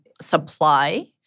supply